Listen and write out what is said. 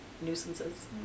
nuisances